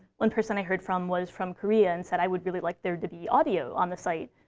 one person i heard from was from korea and said, i would really like there to be audio on the site.